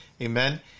Amen